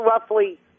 roughly